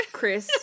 Chris